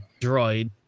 droid